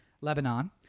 Lebanon